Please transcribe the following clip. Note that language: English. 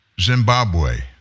Zimbabwe